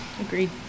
Agreed